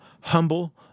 Humble